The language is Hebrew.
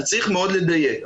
אז צריך מאוד לדייק.